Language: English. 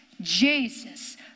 Jesus